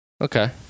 okay